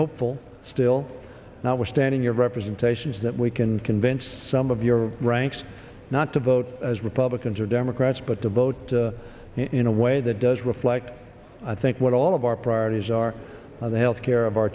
hopeful still not withstanding your representations that we can convince some of your ranks not to vote as republicans or democrats but the vote in a way that does reflect i think what all of our priorities are on the health care of our